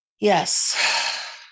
Yes